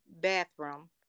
bathroom